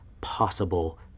possible